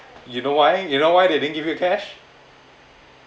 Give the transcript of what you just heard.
you know why you know why they didn't give you cash